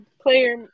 player